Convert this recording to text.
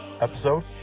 episode